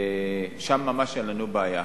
שם ממש אין לנו בעיה.